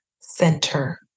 center